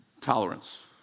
tolerance